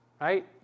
right